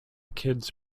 kids